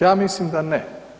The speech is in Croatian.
Ja mislim da ne.